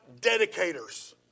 dedicators